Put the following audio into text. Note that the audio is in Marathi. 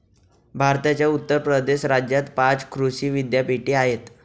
भारताच्या उत्तर प्रदेश राज्यात पाच कृषी विद्यापीठे आहेत